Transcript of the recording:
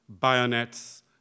bayonets